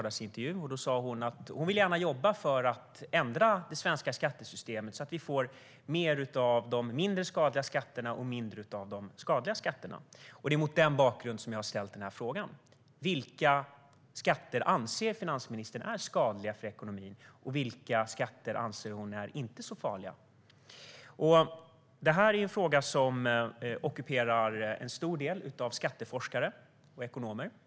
Där sa hon att hon gärna vill jobba för att ändra det svenska skattesystemet så att vi får mer av de mindre skadliga skatterna och mindre av de skadliga skatterna. Det är mot den bakgrunden jag har ställt frågan. Vilka skatter anser finansministern är skadliga för ekonomin, och vilka skatter anser hon är inte så farliga? Detta är en fråga som ockuperar en stor del av skatteforskarna och ekonomerna.